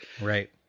right